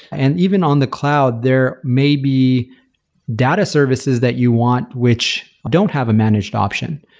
and even on the cloud, there may be data services that you want, which don't have a managed option.